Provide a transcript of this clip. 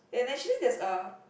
and actually there's a